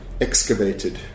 excavated